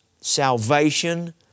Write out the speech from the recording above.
salvation